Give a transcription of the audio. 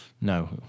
No